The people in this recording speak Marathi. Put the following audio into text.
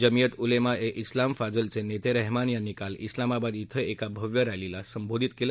जमीयत उलेमा ए क्लाम फजलचे नेते रहमान यांनी काल उलामाबाद यें एका भव्य रैलीला संबोधित केलं